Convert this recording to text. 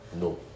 No